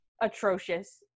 atrocious